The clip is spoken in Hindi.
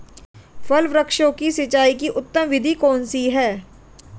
फल वृक्षों की सिंचाई की उत्तम विधि कौन सी है?